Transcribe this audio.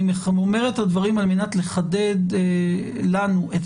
אני אומר את הדברים על מנת לחדד לנו את